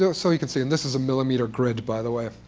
so so you can see. and this is a millimeter grid, by the way.